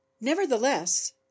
nevertheless